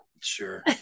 sure